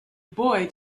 boy